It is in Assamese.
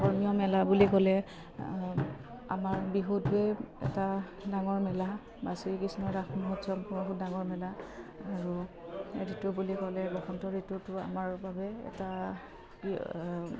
ধৰ্মীয় মেলা বুলি ক'লে আমাৰ বিহুটোৱে এটা ডাঙৰ মেলা বা শ্ৰীকৃষ্ণ ৰাস মহোৎসৱ বহু ডাঙৰ মেলা আৰু ঋতু বুলি ক'লে বসন্ত ঋতুটো আমাৰ বাবে এটা ই